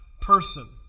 person